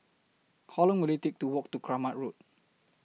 How Long Will IT Take to Walk to Kramat Road